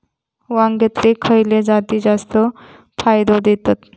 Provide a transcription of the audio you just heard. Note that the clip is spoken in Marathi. वांग्यातले खयले जाती जास्त फायदो देतत?